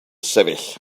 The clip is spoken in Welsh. sefyll